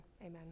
Amen